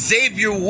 Xavier